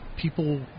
People